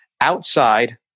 outside